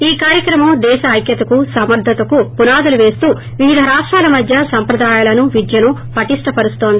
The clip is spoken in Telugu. ఈ కార్యక్రమం ేదేశ ఐక్యతకు సమర్గతకు పునాదులు వేస్తూ వివిధ రాష్టాల మధ్య సంప్రదాయాలను విద్యను పటిష్ణ పరుస్తుంది